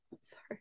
sorry